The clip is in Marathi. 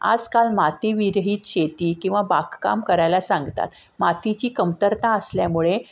आजकाल माती विरहित शेती किंवा बागकाम करायला सांगतात मातीची कमतरता असल्यामुळे